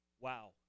wow